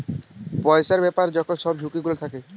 পইসার ব্যাপারে যখল ছব ঝুঁকি গুলা থ্যাকে